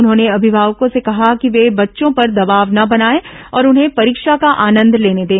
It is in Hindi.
उन्होंने अभिमावकों से कहा कि वे बच्चों पर दबाव न बनाए और उन्हें परीक्षा का आनंद लेने दें